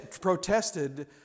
protested